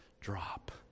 drop